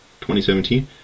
2017